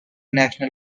national